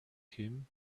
him